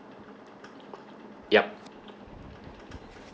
yup